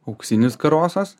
auksinis karosas